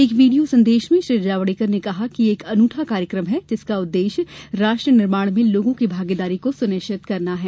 एक वीडियो संदेश में श्री जावड़ेकर ने कहा कि यह एक अनूठा कार्यक्रम है जिसका उद्देश्य राष्ट्र निर्माण में लोगों की भागीदारी को सुनिश्चित बनाना है